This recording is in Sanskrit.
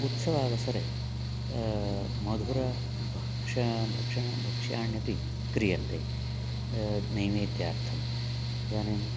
उत्सवावसरे मधुरं भक्षणं भक्षणं भक्ष्याण्यपि क्रियन्ते नैवेद्यार्थम् इदानीं